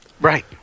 Right